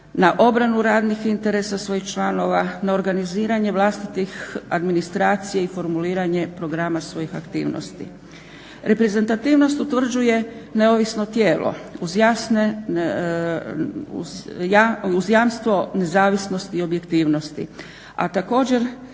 na obranu radnih interesa svojih članova, na organiziranje vlastitih administracija i formuliranje programa svojih aktivnosti. Reprezentativnost utvrđuje neovisno tijelo uz jamstvo nezavisnosti i objektivnosti, a također